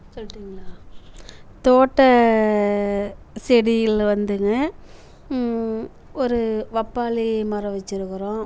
சொல்லிட்டிங்களா தோட்ட செடியில் வந்துங்க ஒரு பப்பாளி மரம் வெச்சிருக்கிறோம்